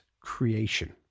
creation